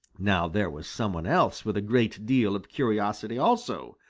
now there was some one else with a great deal of curiosity also.